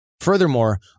Furthermore